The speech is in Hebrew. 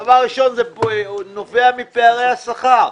דבר ראשון, זה נובע מפערי השכר.